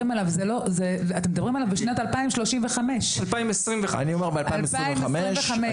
על 2,000 בשנת 2035. 2025. אני אומר ב-2025.